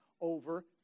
over